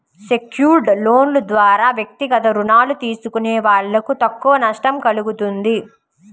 secured లోన్ల ద్వారా వ్యక్తిగత రుణాలు తీసుకునే వాళ్ళకు తక్కువ నష్టం కల్గుతుంది